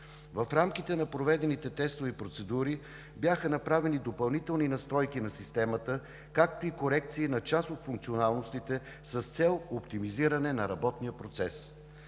В рамките на проведените тестови процедури бяха направени допълнителни настройки на системата, както и корекции на част от функционалностите с цел оптимизиране на работния процес.